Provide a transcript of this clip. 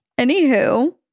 Anywho